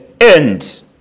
end